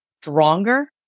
stronger